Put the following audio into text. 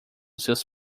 seus